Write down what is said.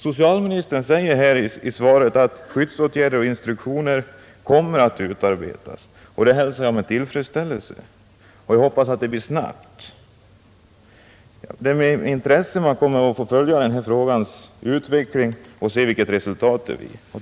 Socialministern säger i svaret att skyddsåtgärder och instruktioner kommer att utarbetas. Det hälsar jag med tillfredsställelse. Jag hoppas att det blir snabbt. Det är med intresse jag kommer att följa frågans utveckling och se vilket resultat det blir.